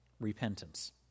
repentance